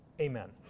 amen